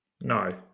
No